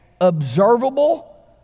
observable